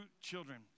children